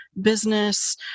business